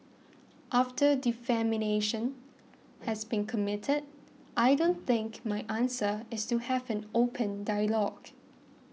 after has been committed I don't think my answer is to have an open dialogue